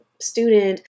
student